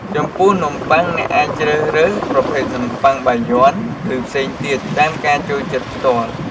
ចំពោះនំប័ុង អ្នកអាចជ្រើសរើសប្រភេទនំបុ័ងបាយ័ន ឬផ្សេងទៀត តាមការចូលចិត្តផ្ទាល់។